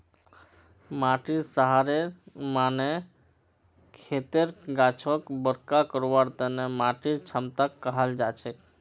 माटीर सहारेर माने खेतर गाछक बरका करवार तने माटीर क्षमताक कहाल जाछेक